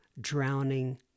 drowning